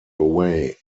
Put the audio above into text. away